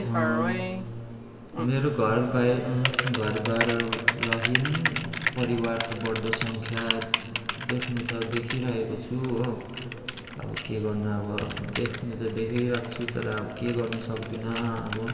मेरो घरबाहिर घरबाट बाहिर परिवारको बढ्दो सङ्ख्या देख्नु त देखिरहेको छु हो अब के गर्नु अब देख्नु त देखिरहेको छु तर अब केही गर्नु सक्दिनँ अब